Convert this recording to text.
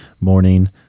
morning